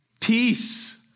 Peace